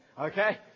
Okay